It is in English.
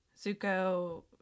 Zuko